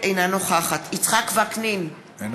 אינה נוכחת יצחק וקנין אינו